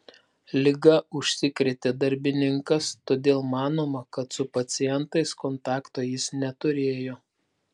liga užsikrėtė darbininkas todėl manoma kad su pacientais kontakto jis neturėjo